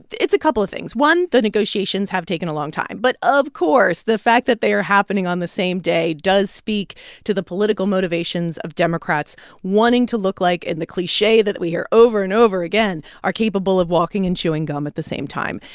it's a couple of things. one, the negotiations have taken a long time. but, of course, the fact that they are happening on the same day does speak to the political motivations of democrats wanting to look like and the cliche that we hear over and over again are capable of walking and chewing gum at the same time.